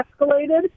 escalated